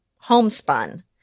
homespun